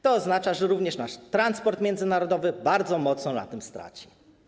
To oznacza, że również nasz transport międzynarodowy bardzo mocno na tym straci.